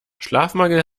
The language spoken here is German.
schlafmangel